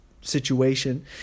situation